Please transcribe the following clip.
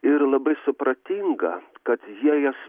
ir labai supratinga kad jie jas